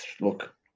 look